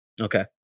Okay